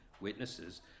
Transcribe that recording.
witnesses